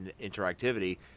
interactivity